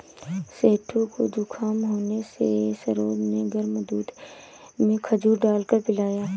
सेठू को जुखाम होने से सरोज ने गर्म दूध में खजूर डालकर पिलाया